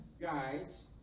guides